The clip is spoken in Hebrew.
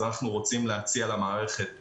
אז אנחנו רוצים להציע למערכת עזרה.